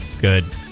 good